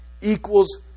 equals